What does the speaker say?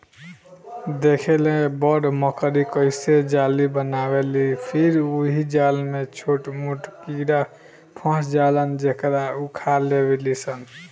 देखेल बड़ मकड़ी कइसे जाली बनावेलि फिर ओहि जाल में छोट मोट कीड़ा फस जालन जेकरा उ खा लेवेलिसन